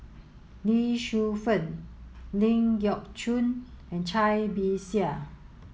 Lee Shu Fen Ling Geok Choon and Cai Bixia